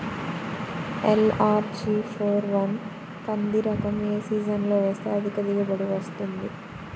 LRG four one కంది రకం ఏ సీజన్లో వేస్తె అధిక దిగుబడి వస్తుంది?